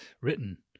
written